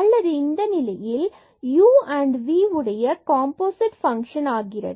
அல்லது இந்த நிலையில் u and v உடைய காம்போசிட் ஃபங்ஷன் ஆகிறது